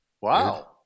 Wow